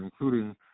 including